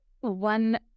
one